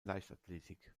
leichtathletik